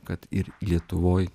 kad ir lietuvoj